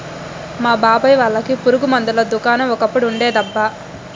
మా బాబాయ్ వాళ్ళకి పురుగు మందుల దుకాణం ఒకప్పుడు ఉండేదబ్బా